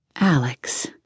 Alex